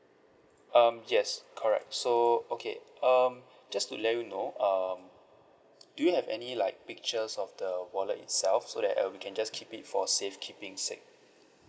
um yes correct so okay um just to let you know um do you have any like pictures of the wallet itself so that uh we can just keep it for safe keeping sake